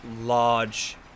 large